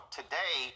today